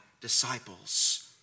disciples